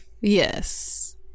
Yes